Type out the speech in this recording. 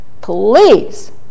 Please